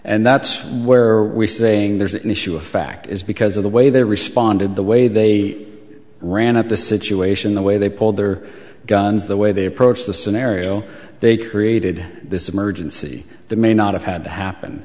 and that's where we saying there's an issue of fact is because of the way they responded the way they ran up the situation the way they pulled their guns the way they approach the scenario they created this emergency that may not have had to happen